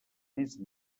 més